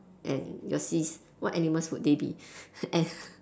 and your sis what animals would they be as